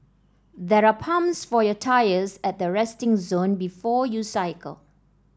there are pumps for your tyres at the resting zone before you cycle